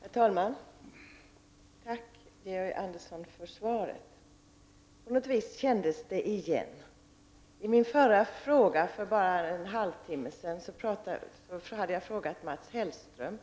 Herr talman! Tack, Georg Andersson, för svaret. På något vis kände jag igen svaret. För en halvtimme sedan ställde jag en fråga till Mats Hellström.